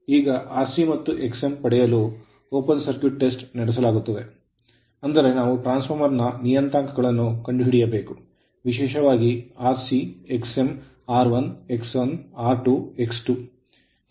ಈಗ Rc ಮತ್ತು Xm ಪಡೆಯಲು ಓಪನ್ ಸರ್ಕ್ಯೂಟ್ ಟೆಸ್ಟ್ ನಡೆಸಲಾಗುತ್ತದೆ ಅಂದರೆ ನಾವು ಟ್ರಾನ್ಸ್ ಫಾರ್ಮರ್ ನ ನಿಯತಾಂಕಗಳನ್ನು ಕಂಡುಹಿಡಿಯಬೇಕು ವಿಶೇಷವಾಗಿ Rc Xm R1 X1 R2 X2 ಈ ಎಲ್ಲಾ ವಿಷಯಗಳನ್ನುಕಂಡುಹಿಡಿಯಬೇಕು